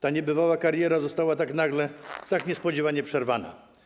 Ta niebywała kariera została tak nagle, tak niespodziewanie przerwana.